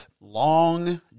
long